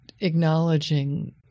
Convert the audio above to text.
acknowledging